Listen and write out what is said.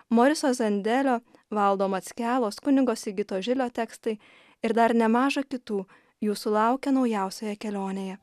moriso zandelio valdo mackelos kunigo sigito žilio tekstai ir dar nemaža kitų jūsų laukia naujausioje kelionėje